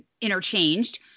interchanged